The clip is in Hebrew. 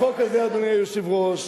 החוק הזה, אדוני היושב-ראש,